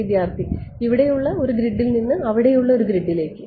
വിദ്യാർത്ഥി ഇവിടെയുള്ള ഒരു ഗ്രിഡിൽ നിന്ന് അവിടെയുള്ള ഒരു ഗ്രിഡിലേക്ക്